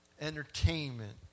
entertainment